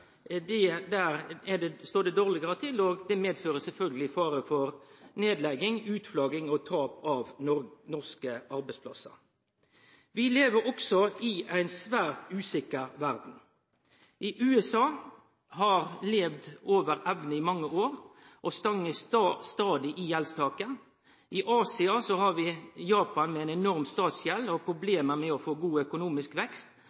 står det dårlegare til, og det medfører sjølvsagt fare for nedlegging, utflagging og tap av norske arbeidsplassar. Vi lever også i ei svært usikker verd. I USA har ein levd over evne i mange år og stangar stadig i gjeldstaket. I Asia har Japan ei enorm statsgjeld og problem med å få god økonomisk vekst,